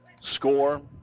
score